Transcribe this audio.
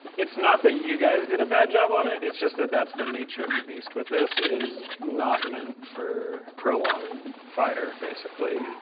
it's not that you guys did a bad job on it, it's just that that's the nature of the beast with this, it is not meant for prolonged fire, basically,